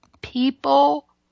people